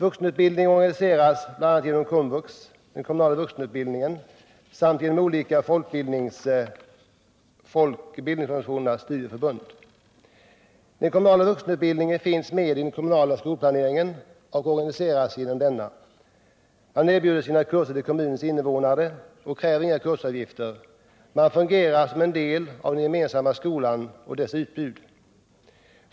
Vuxenutbildningen organiseras bl.a. genom KOMVUX, den kommunala vuxenutbildningen, samt genom olika folkbildningsorganisationers studieförbund. Den kommunala vuxenutbildningen finns med i den kommunala skolplaneringen, organiseras genom denna och har inga egna ekonomiska bekymmer eller andra planeringsbesvär. Man erbjuder sina kurser till kommunens invånare och kräver inga kursavgifter, man fungerar som en del av den gemensamma skolan och dess utbud.